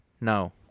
No